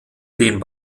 den